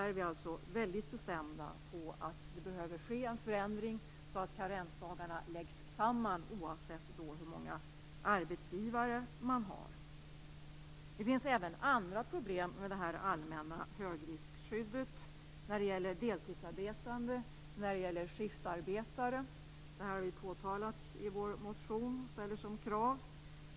I det avseendet är vi mycket bestämda, det behöver ske en förändring så att karensdagarna läggs samman, oavsett hur många arbetsgivare man har. Det finns även andra problem med det allmänna högriskskyddet, det gäller deltidsarbetande och skiftarbetare. Detta har vi påtalat i vår motion, och vi ställer krav på det området.